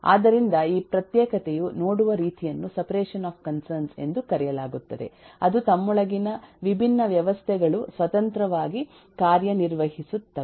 ಆದ್ದರಿಂದ ಈ ಪ್ರತ್ಯೇಕತೆಯು ನೋಡುವ ರೀತಿಯನ್ನು ಸೆಪರೇಷನ್ ಆಫ್ ಕನ್ಸರ್ನ್ಸ್ ಎಂದು ಕರೆಯಲಾಗುತ್ತದೆ ಅದು ತಮ್ಮೊಳಗಿನ ವಿಭಿನ್ನ ವ್ಯವಸ್ಥೆಗಳು ಸ್ವತಂತ್ರವಾಗಿ ಕಾರ್ಯನಿರ್ವಹಿಸುತ್ತವೆ